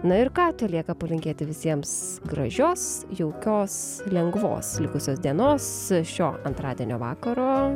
na ir ką telieka palinkėti visiems gražios jaukios lengvos likusios dienos šio antradienio vakaro